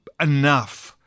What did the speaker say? enough